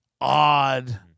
odd